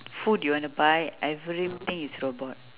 food you want to buy everything is robot